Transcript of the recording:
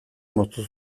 moztu